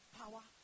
power